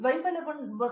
professor